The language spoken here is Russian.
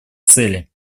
цели